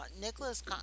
nicholas